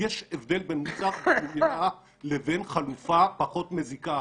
הבדל בין מוצר לבין חלופה פחות מזיקה.